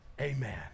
amen